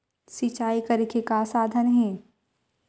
सिंचाई करे के का साधन हे?